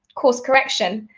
course correction?